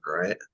right